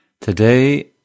Today